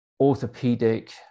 orthopedic